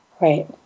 Right